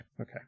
Okay